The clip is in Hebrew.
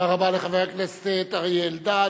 תודה רבה לחבר הכנסת אריה אלדד.